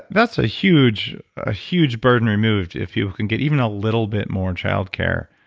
that's a huge a huge burden removed if you can get even a little bit more childcare.